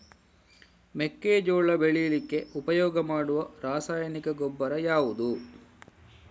ಮೆಕ್ಕೆಜೋಳ ಬೆಳೀಲಿಕ್ಕೆ ಉಪಯೋಗ ಮಾಡುವ ರಾಸಾಯನಿಕ ಗೊಬ್ಬರ ಯಾವುದು?